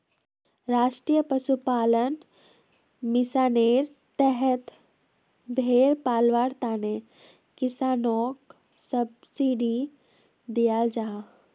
राष्ट्रीय पशुपालन मिशानेर तहत भेड़ पलवार तने किस्सनोक सब्सिडी दियाल जाहा